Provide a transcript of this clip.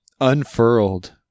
Unfurled